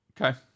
okay